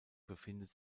befindet